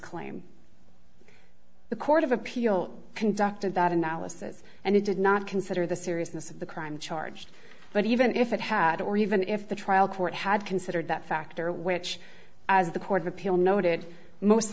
claim the court of appeal conducted that analysis and it did not consider the seriousness of the crime charged but even if it had or even if the trial court had considered that factor which as the court of appeal noted most